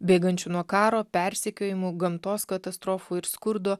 bėgančių nuo karo persekiojimų gamtos katastrofų ir skurdo